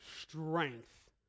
strength